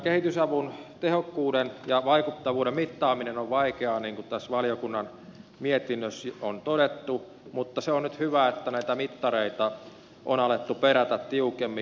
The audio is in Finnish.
kehitysavun tehokkuuden ja vaikuttavuuden mittaaminen on vaikeaa niin kuin tässä valiokunnan mietinnössä on todettu mutta se on nyt hyvä että näitä mittareita on alettu perätä tiukemmin